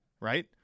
right